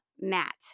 matt